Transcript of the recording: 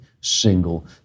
single